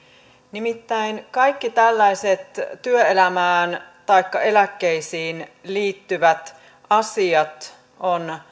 nimittäin kaikki tällaiset työelämään taikka eläkkeisiin liittyvät asiat on